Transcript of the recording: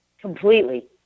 Completely